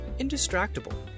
Indistractable